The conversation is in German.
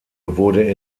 wurde